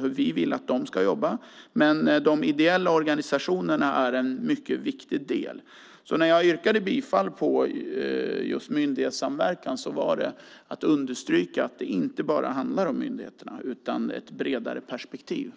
hur vi vill att de ska jobba, men de ideella organisationerna är en mycket viktig del. När jag yrkade bifall just till myndighetssamverkan var det för att understryka att det inte bara handlar om myndigheterna utom om ett bredare perspektiv.